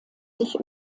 sich